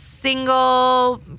Single